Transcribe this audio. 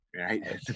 right